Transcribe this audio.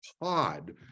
pod